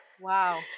wow